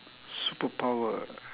superpower